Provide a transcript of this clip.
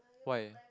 why